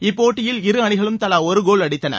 இப்போட்டியில் இரு அணிகளும் தலா ஒரு கோல் அடித்தன